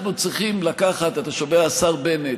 אתה שומע, השר בנט?